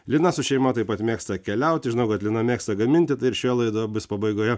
lina su šeima taip pat mėgsta keliauti žinau kad lina mėgsta gaminti tai ir šioje laidoje bus pabaigoje